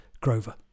Grover